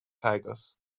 tigers